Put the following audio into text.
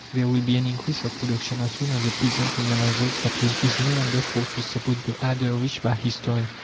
there will be an increase of production as soon as the peasant realizes that he is no longer forced to support the idle rich by his toil.